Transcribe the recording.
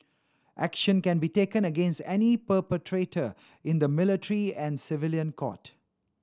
action can be taken against any perpetrator in the military and civilian court